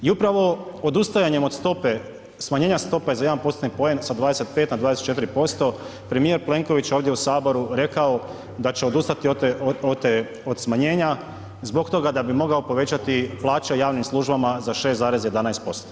I upravo odustajanjem od stope, smanjenja stope za 1%-tni poen s 25 na 24% premijer Plenković je ovdje u Saboru rekao da će odustati od te, od smanjenja zbog toga da bi mogao povećati plaće javnim službama za 6,11%